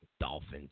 Dolphins